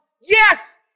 Yes